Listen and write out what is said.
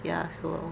ya so